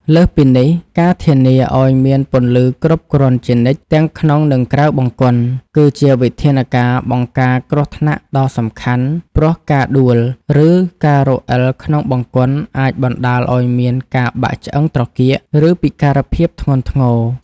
លើសពីនេះ ការធានាឱ្យមានពន្លឺគ្រប់គ្រាន់ជានិច្ច ទាំងក្នុង និងក្រៅបង្គន់ គឺជាវិធានការបង្ការគ្រោះថ្នាក់ដ៏សំខាន់ ព្រោះការដួល ឬការរអិលក្នុងបង្គន់អាចបណ្ដាលឱ្យមានការបាក់ឆ្អឹងត្រគាក ឬពិការភាពធ្ងន់ធ្ងរ។